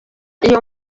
iyo